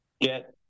get